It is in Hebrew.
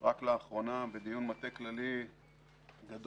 רק לאחרונה בדיון מטה כללי גדול